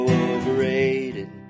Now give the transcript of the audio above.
overrated